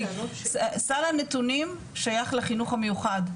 כי סל הנתונים שייך לחינוך המיוחד,